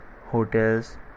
hotels